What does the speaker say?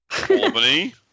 Albany